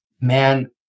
man